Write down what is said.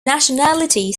nationality